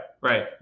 Right